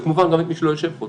וכמובן גם את מי שלא יושב פה.